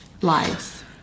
lives